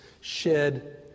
shed